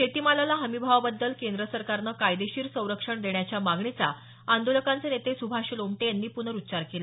शेतीमालाला हमीभावाबद्दल केंद्र सरकारनं कायदेशीर संरक्षण देण्याच्या मागणीचा आंदोलकांचे नेते सुभाष लोमटे यांनी प्नरुच्चार केला